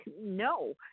no